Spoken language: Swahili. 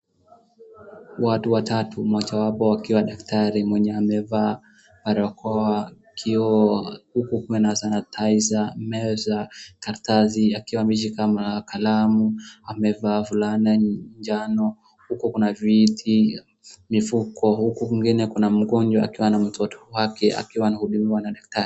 Watu watatu, mmoja wapo akiwa daktari mwenye amevaa barakoa, kioo, huku kuna sanitizer meza, karatasi akiwa ameshika kalamu, amevaa fulana njano huku kuna viti, mifuko, huku kwingine kuna mgonjwa akiwa na mtoto wake akiwa anahudumiwa na daktari.